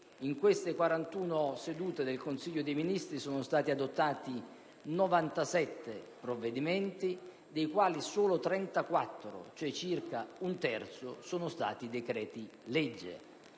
in queste 41 sedute sono stati adottati 97 provvedimenti, dei quali solo 34, cioè circa un terzo, sono stati decreti-legge.